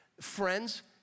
friends